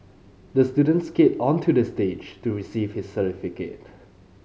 the student skate onto the stage to receive his certificate